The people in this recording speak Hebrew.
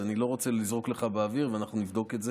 אני לא רוצה לזרוק לך באוויר, ואנחנו נבדוק את זה.